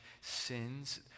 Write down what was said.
sins